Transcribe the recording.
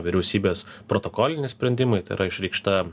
vyriausybės protokoliniai sprendimai tai yra išreikšta